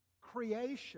creation